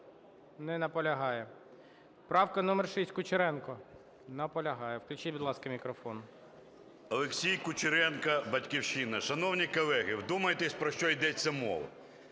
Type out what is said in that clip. Не наполягає. Правка номер 6, Кучеренко. Наполягає. Включіть, будь ласка, мікрофон. 11:39:39 КУЧЕРЕНКО О.Ю. Олексій Кучеренко, "Батьківщина". Шановні колеги, вдумайтесь, про що йде мова.